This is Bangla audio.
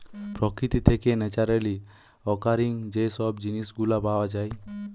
প্রকৃতি থেকে ন্যাচারালি অকারিং যে সব জিনিস গুলা পাওয়া যায়